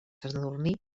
sadurní